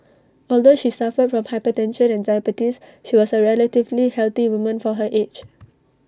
although she suffered from hypertension and diabetes she was A relatively healthy woman for her age